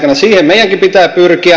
siihen meidänkin pitää pyrkiä